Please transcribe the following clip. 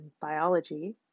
biology